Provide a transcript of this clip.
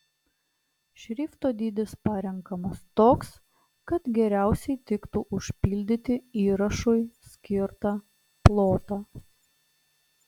šrifto dydis parenkamas toks kad geriausiai tiktų užpildyti įrašui skirtą plotą